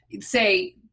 say